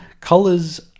Colors